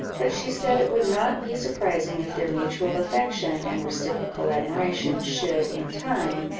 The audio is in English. but she said it would not be surprising if their mutual affection and reciprocal admiration should, in time,